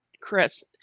Chris